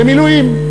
למילואים.